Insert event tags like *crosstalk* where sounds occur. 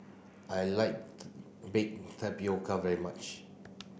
I like *unintelligible* bake tapioca very much